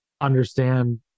understand